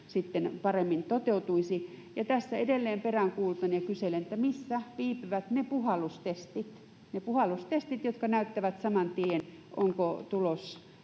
paremmin toteutuisi. Tässä edelleen peräänkuulutan ja kyselen, missä viipyvät ne puhallustestit — ne puhallustestit, jotka näyttävät saman tien, onko tulos